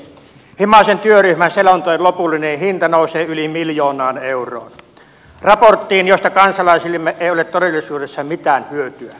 himasen työryhmän selonteon lopullinen hinta nousee yli miljoonaan euroon raportin josta kansalaisillemme ei ole todellisuudessa mitään hyötyä